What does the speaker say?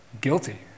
Guilty